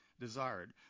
desired